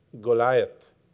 Goliath